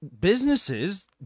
businesses